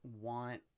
want